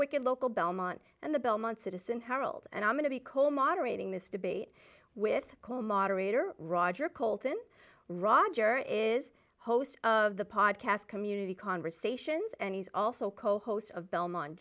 wicked local belmont and the belmont citizen herald and i'm going to be cool moderating this debate with cool moderator roger colton rodger is host of the podcast community conversations and he's also co host of belmont